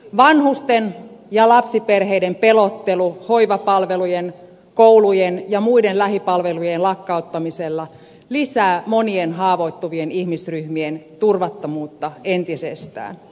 vanhusten ja lapsiperheiden pelottelu hoivapalvelujen koulujen ja muiden lähipalvelujen lakkauttamisella lisää monien haavoittuvien ihmisryhmien turvattomuutta entisestään